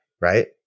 Right